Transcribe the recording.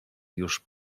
już